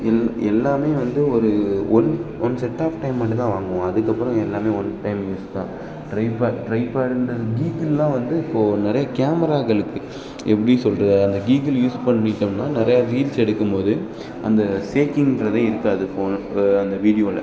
L எல்லாமே வந்து ஒரு ஒன் ஒன் செட் ஆஃப் டைமெட்டு தான் வாங்குவோம் அதுக்கப்புறம் எல்லாமே ஒன் டைம் யூஸ் தான் ட்ரை பேட் ட்ரை பேடன்றது கீகிள்லாம் வந்து இப்போது நிறையா கேமராக்களுக்கு எப்படி சொல்வது அது அந்த கீகுள் யூஸ் பண்ணிட்டோம்னால் நிறையா ரீல்ஸ் எடுக்கும்போது அந்த சேக்கிங்க்றதே இருக்காது ஃபோனில் அந்த வீடியோவில்